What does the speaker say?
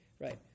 Right